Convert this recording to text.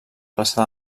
plaça